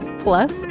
Plus